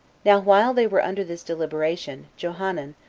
now while they were under this deliberation, johanan,